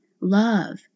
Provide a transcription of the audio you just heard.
love